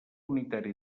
unitari